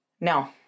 No